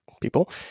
people